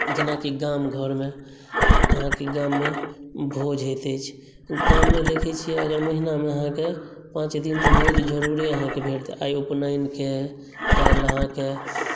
जेनाकि गाम घरमे अहाँकेँ गाममे भोज होइत अछि गाममे देखैत छियै अगर महीनामे अहाँकेँ पाँच दिन तऽ भोज जरूरे अहाँकेँ भेट जायत आइ उपनयनके काल्हि अहाँकेँ